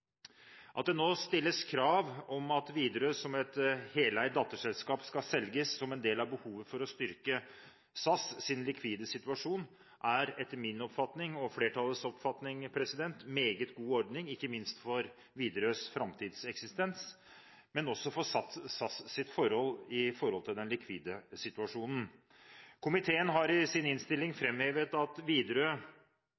At det nå stilles krav om at Widerøe, som et heleid datterselskap, skal selges på grunn av behovet for å styrke SAŚ likvide situasjon, er etter både min og flertallets oppfatning en meget god ordning, ikke minst for Widerøes framtidseksistens, men også for SAS og selskapets likvide situasjon. Komiteen har i sin innstilling